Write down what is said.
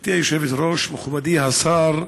גברתי היושבת-ראש, מכובדי השר,